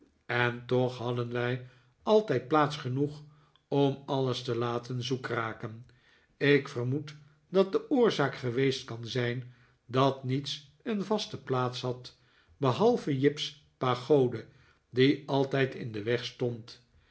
en toch hadden wij altijd plaats genoeg om alles te laten zoek raken ik vermoed dat de oorzaak geweest kan zijn dat niets een vaste plaats had behalve jip's pagode die altijd in den weg stond